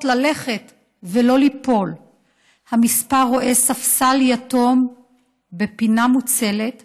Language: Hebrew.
ללכת ולא ליפול / המספר רואה ספסל יתום בפינה מוצלת /